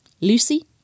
Lucy